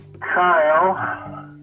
Kyle